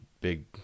big